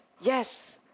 yes